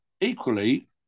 equally